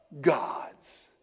gods